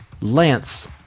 lance